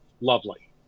lovely